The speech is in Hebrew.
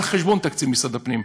על חשבון תקציב משרד הפנים,